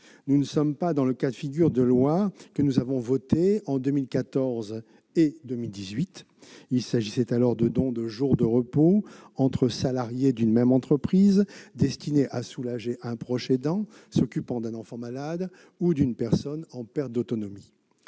Nous ne sommes pas dans le cas de figure des lois que nous avons votées en 2014 et 2018. Il était alors question de dons de jours de repos entre salariés d'une même entreprise, destinés à soulager un proche aidant s'occupant d'un enfant malade ou d'une personne en perte d'autonomie.